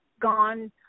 gone